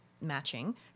matching